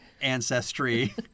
ancestry